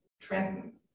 Trenton